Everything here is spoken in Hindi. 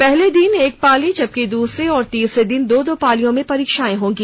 पहले दिन एक पाली जबकि दूसरे और तीसरे दिन दो दो पालियों में परीक्षाएं होंगी